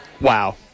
Wow